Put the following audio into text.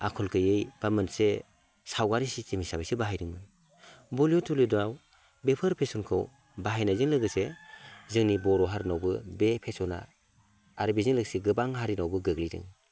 आखल गैयै बा मोनसे सावगारि सिस्टेम हिसाबैसो बाहायदों बलिवुद हलिवुदाव बेफोर फेसनखौ बाहायनायजों लोगोसे जोंनि बर' हारिनावबो बे फेस'ना आरो बेजों लोगोसे गोबां हारिनावबो गोग्लैदों